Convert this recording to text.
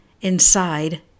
inside